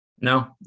No